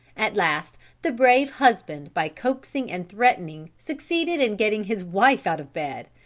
at last the brave husband by coaxing and threatening succeeded in getting his wife out of bed.